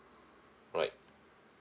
alright